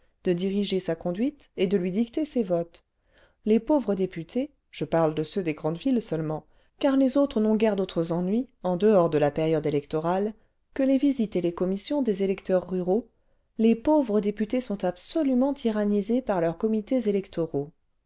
de diriger sa conduite et de lui die ter ses votes les pauvres députés je parle de ceux des grandes villes seulement car les autres n'ont guère d'autres ennuis en dehors de la période électorale que les visites et les commissions des électeurs ruraux les pauvres députés sont absolument tyrannisés par leurs comités électoraux